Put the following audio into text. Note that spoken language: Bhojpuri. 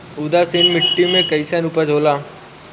उदासीन मिट्टी में कईसन उपज होला?